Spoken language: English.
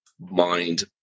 mind